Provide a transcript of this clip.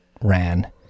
ran